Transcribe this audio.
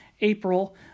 April